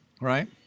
Right